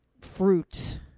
fruit